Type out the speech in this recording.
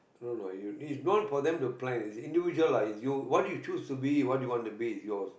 no lah you it's good for them to play it's individual lah it's you what's you choose to be what you want to be is yours